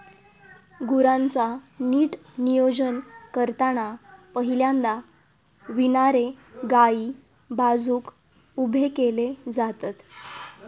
गुरांचा नीट नियोजन करताना पहिल्यांदा विणारे गायी बाजुक उभे केले जातत